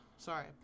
Sorry